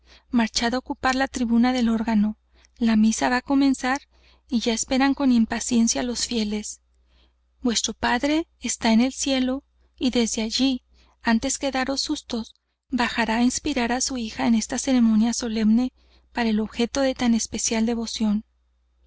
á ocupar la tri buna del órgano la misa va á comenzar y ya es peran con impaciencia los fieles vuestro padre está en el cielo y desde allí antes que á daros sus tos bajará á inspirar á su hija en esta ceremonia solemne para el objeto de tan especial devoción